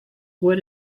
what